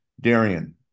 Darian